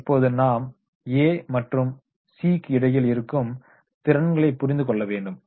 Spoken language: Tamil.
இப்போது நாம் A மற்றும் C க்கு இடையில் இருக்கும் திறன்களை புரிந்துகொள்ளவேண்டும்